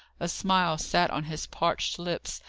a smile sat on his parched lips,